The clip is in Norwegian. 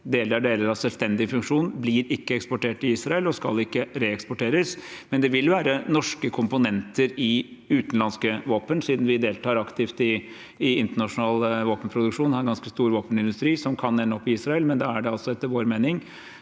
eller deler av en selvstendig funksjon, blir ikke eksportert til Israel, og skal ikke reeksporteres. Men det vil være norske komponenter i utenlandske våpen, siden vi deltar aktivt i internasjonal våpenproduksjon og har en ganske stor våpenindustri, som kan ende opp i Israel. Da er det altså etter vår mening